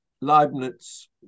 leibniz